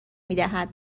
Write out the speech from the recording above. میدهد